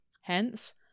Hence